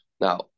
Now